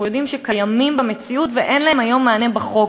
יודעים שקיימים במציאות ואין להם היום מענה בחוק,